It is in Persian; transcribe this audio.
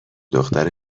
دختر